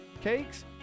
cakes